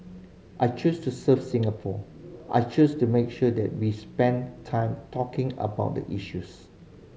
I chose to serve Singapore I chose to make sure that we spend time talking about the issues